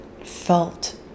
felt